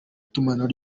itumanaho